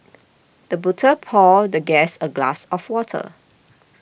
the butler poured the guest a glass of water